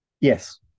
yes